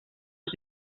els